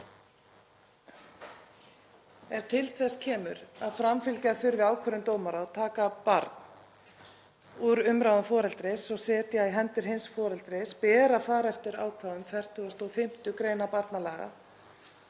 Ef til þess kemur að framfylgja þurfi ákvörðun dómara og taka barn úr umráði foreldris og setja í hendur hins foreldris ber að fara eftir ákvæðum 45. gr. barnalaga.